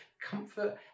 Comfort